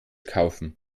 kaufen